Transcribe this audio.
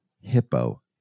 Hippo